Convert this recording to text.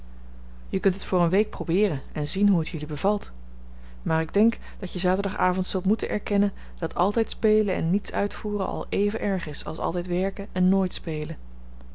je kunt het eens voor een week probeeren en zien hoe het jullie bevalt maar ik denk dat je zaterdagavond zult moeten erkennen dat altijd spelen en niets uitvoeren al even erg is als altijd werken en nooit spelen